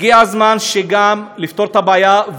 לכן הגיע הזמן לפתור את הבעיה.